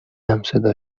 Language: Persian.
همصدا